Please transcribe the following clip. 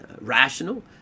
rational